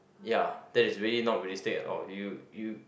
ya that is really not realistic at all you you